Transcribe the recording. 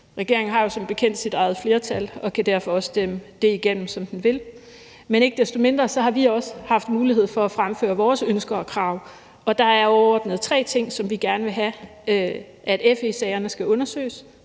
Regeringen har jo som bekendt sit eget flertal og kan derfor også stemme dét igennem, som den vil. Men ikke desto mindre har vi også haft mulighed for at fremføre vores ønsker og krav, og der er overordnet tre ting, som vi gerne vil have: at FE-sagen skal undersøges,